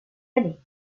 années